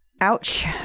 Ouch